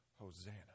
Hosanna